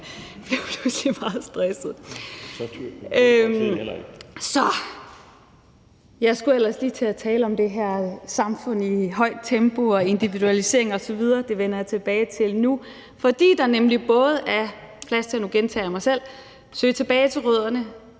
Jeg blev pludselig meget stresset. Jeg skulle ellers lige til at tale om det her samfund med højt tempo og individualisering osv., og det vender jeg tilbage til nu, fordi der nemlig både er plads til – og nu gentager jeg mig selv – at søge tilbage til rødderne,